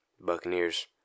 Buccaneers